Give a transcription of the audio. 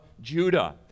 Judah